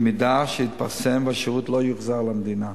אם יתפרסם, והשירות לא יוחזר למדינה.